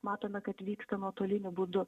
matome kad vyksta nuotoliniu būdu